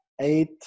eight